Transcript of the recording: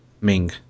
Ming